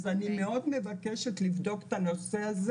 אז אני מאוד מבקשת לבדוק את הנושא הזה